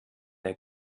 der